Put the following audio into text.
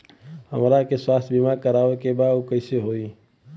हमरा के स्वास्थ्य बीमा कराए के बा उ कईसे होला?